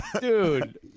Dude